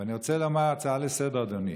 אני רוצה לומר הצעה לסדר, אדוני: